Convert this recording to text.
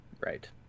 right